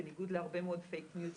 בניגוד להרבה מאוד fake news שמסתובב.